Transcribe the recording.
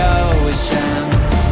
oceans